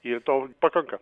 ir to pakanka